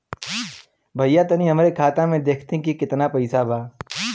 भईया तनि हमरे खाता में देखती की कितना पइसा बा?